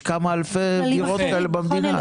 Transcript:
יש כמה אלפי דירות כאלה במדינה.